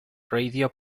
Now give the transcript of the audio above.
radio